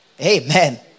Amen